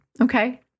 Okay